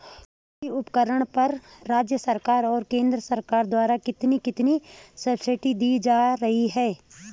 कृषि उपकरणों पर राज्य सरकार और केंद्र सरकार द्वारा कितनी कितनी सब्सिडी दी जा रही है?